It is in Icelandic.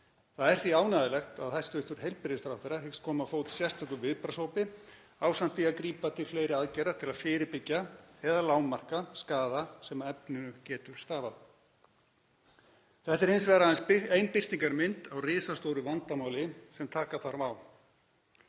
Það er því ánægjulegt að hæstv. heilbrigðisráðherra hyggist koma á fót sérstökum viðbragðshópi ásamt því að grípa til fleiri aðgerða til að fyrirbyggja eða lágmarka skaða sem af efninu getur stafað. Þetta er hins vegar aðeins ein birtingarmynd á risastóru vandamáli sem taka þarf á.